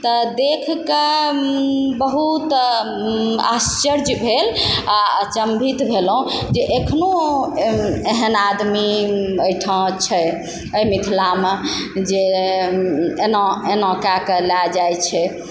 तऽ देखके बहुत आश्चर्य भेल आ अचंभित भेलहुँ जे अखनो एहन आदमी अहिठाम छै एहि मिथिलामे जे एना एना कएकऽ लै जाइत छै